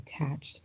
attached